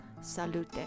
salute